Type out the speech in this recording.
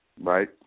Right